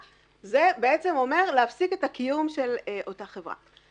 כי הפסקת סליקה בעצם אומרת להפסיק את הקיום של אותה חברה.